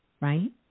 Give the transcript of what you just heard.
right